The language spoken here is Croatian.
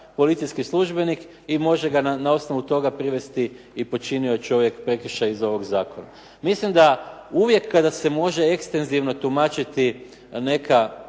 policijski službenik i može ga na osnovu toga privesti i počinio je čovjek prekršaj iz ovog zakona. Mislim da uvijek kada se može ekstenzivno tumačiti neka